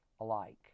alike